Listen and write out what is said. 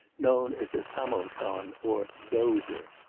known as a samo-son or dozer.